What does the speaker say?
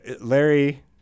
larry